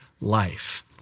life